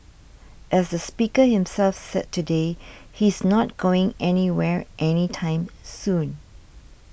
as the speaker himself said today he's not going anywhere any time soon